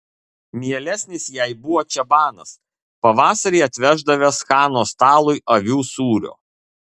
mielesnis jai buvo čabanas pavasarį atveždavęs chano stalui avių sūrio